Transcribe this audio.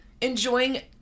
enjoying